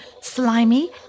slimy